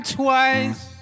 twice